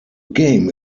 game